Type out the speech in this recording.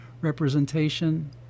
representation